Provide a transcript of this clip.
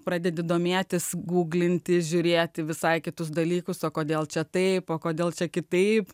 pradedi domėtis guglinti žiūrėti visai kitus dalykus o kodėl čia tai kodėl čia kitaip